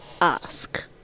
ask